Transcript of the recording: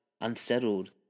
unsettled